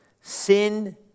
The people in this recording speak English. Sin